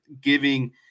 giving